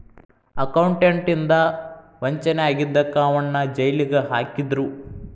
accountant ಇಂದಾ ವಂಚನೆ ಆಗಿದಕ್ಕ ಅವನ್ನ್ ಜೈಲಿಗ್ ಹಾಕಿದ್ರು